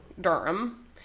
Durham